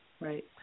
Right